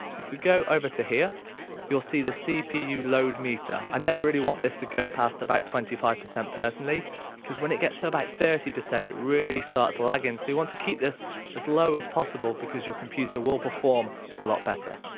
if we go over to here you'll see the cpu load meter. i never really want this to go past about twenty five percent personally because when it gets to about thirty percent it really starts lagging so you want to keep this as low as possible because your computer will perform a lot better.